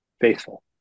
faithful